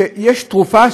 שיש תרופה,